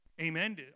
amen